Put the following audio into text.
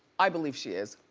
i believe she is.